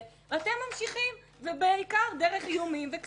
ואתם ממשיכים, בעיקר דרך איומים וכספים.